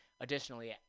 Additionally